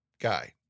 guy